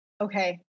Okay